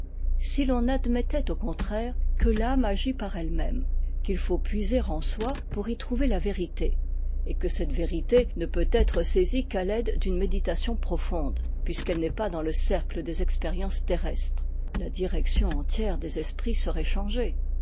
si l'on admettait au contraire que l'âme agit par elle-même qu'il faut puiser en soi pour y trouver la vérité et que cette vérité ne peut être saisie qu'à t'aide d'une méditation profonde puisqu'elle n'est pas dans le cercle des expériences terrestres la direction entière des esprits serait changée